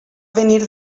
venir